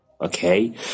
Okay